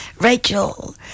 Rachel